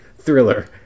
thriller